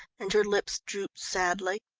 and her lips drooped sadly.